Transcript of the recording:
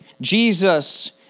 Jesus